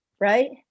Right